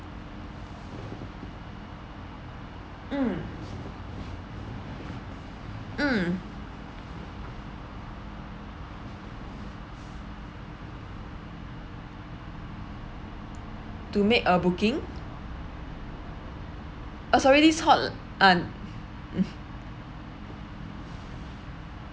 mm mm to make a booking uh sorry this is hot~ uh